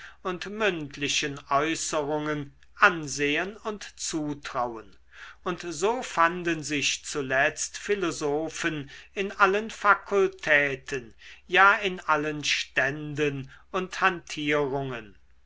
und mündlichen äußerungen ansehen und zutrauen und so fanden sich zuletzt philosophen in allen fakultäten ja in allen ständen und